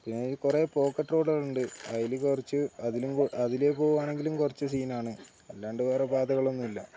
പിന്നെ കുറേ പോക്കറ്റ് റോഡുകളുണ്ട് അതില് കുറച്ച് അതിലും അതിലേ പോവാണെങ്കിലും കുറച്ച് സീനാണ് അല്ലാണ്ട് വേറെ പാതകളൊന്നുമില്ല